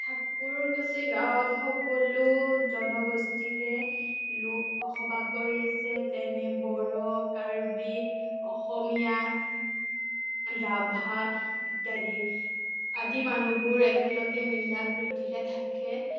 ঠাকুৰকুছি গাঁৱত সকলো জনগোষ্ঠীৰে লোক বসবাস কৰি আছে যেনে বড়ো কাৰ্বি অসমীয়া ৰাভা ইত্য়াদি আদি মানুহবোৰ একেলগে মিলা প্ৰীতিৰে থাকে